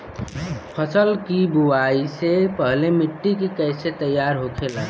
फसल की बुवाई से पहले मिट्टी की कैसे तैयार होखेला?